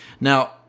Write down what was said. Now